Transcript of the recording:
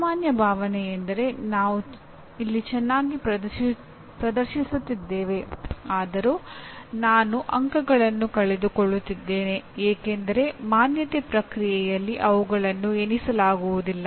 ಸಾಮಾನ್ಯ ಭಾವನೆ ಏನೆಂದರೆ ನಾನು ಇಲ್ಲಿ ಚೆನ್ನಾಗಿ ಪ್ರದರ್ಶಿಸುತ್ತಿದ್ದೇವೆ ಆದರೂ ನಾನು ಅಂಕಗಳನ್ನು ಕಳೆದುಕೊಳ್ಳುತ್ತಿದ್ದೇನೆ ಏಕೆಂದರೆ ಮಾನ್ಯತೆ ಪ್ರಕ್ರಿಯೆಯಲ್ಲಿ ಅವುಗಳನ್ನು ಎಣಿಸಲಾಗುವುದಿಲ್ಲ